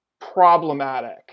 problematic